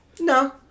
No